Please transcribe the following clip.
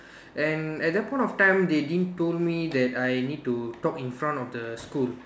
and that point of time they didn't told me that I need to talk in front of the school